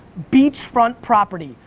beachfront property.